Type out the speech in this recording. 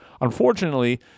Unfortunately